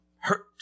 hurt